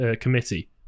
committee